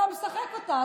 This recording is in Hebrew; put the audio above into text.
אתה משחק אותה.